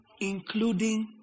Including